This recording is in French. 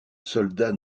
soldats